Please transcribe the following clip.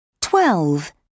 Twelve